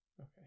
Okay